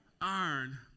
iron